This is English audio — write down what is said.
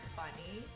funny